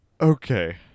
Okay